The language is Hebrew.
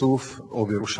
ביאסוף ובירושלים.